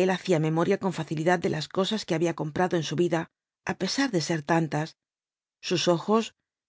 el hacía memoria con facilidad de las cosas que había comprado en su vida á pesar de ser tantas sus ojos